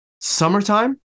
summertime